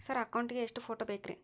Sir account ಗೇ ಎಷ್ಟು photo ಬೇಕ್ರಿ?